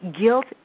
guilt